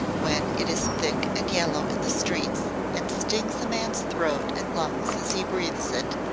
when it is thick and yellow in the streets and stings a man's throat and lungs as he breathes it,